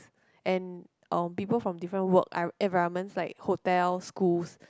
and um people from different work envi~ environments like hotel schools